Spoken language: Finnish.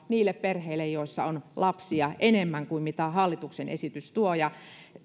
niille perheille joissa on lapsia peräti kolmesataakuusikymmentäkuusi euroa enemmän kuin mitä hallituksen esitys tuo